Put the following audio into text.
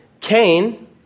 Cain